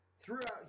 Throughout